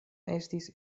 estis